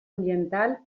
ambiental